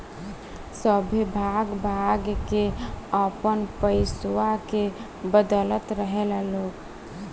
सभे भाग भाग के आपन पइसवा के बदलत रहेला लोग